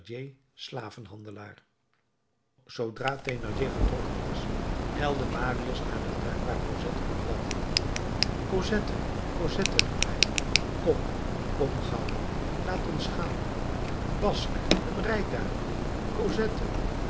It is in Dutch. slavenhandelaar zoodra thénardier vertrokken was ijlde marius naar den tuin waar cosette nog wandelde cosette cosette riep hij kom kom gauw laat ons gaan basque een rijtuig cosette